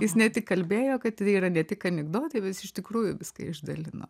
jis ne tik kalbėjo kad tai yra ne tik anekdotai bet jis iš tikrųjų viską išdalino